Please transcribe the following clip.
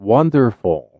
Wonderful